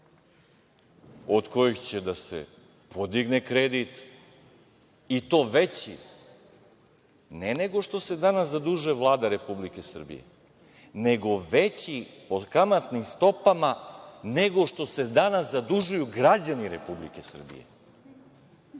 od kojih će da se podigne kredit, i to veći ne nego što se danas zadužuje Vlada Republike Srbije, nego veći od kamatnih stopa nego što se danas zadužuju građani Republike Srbije,